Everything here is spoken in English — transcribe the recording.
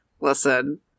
listen